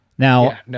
Now